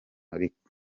ariko